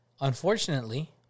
Unfortunately